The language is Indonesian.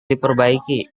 diperbaiki